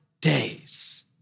days